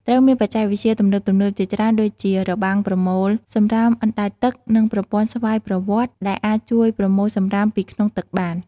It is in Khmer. ត្រូវមានបច្ចេកវិទ្យាទំនើបៗជាច្រើនដូចជារបាំងប្រមូលសំរាមអណ្តែតទឹក និងប្រព័ន្ធស្វ័យប្រវត្តិ ដែលអាចជួយប្រមូលសំរាមពីក្នុងទឹកបាន។